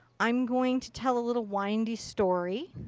i'm going to tell a little windy story.